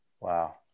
wow